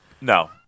No